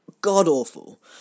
god-awful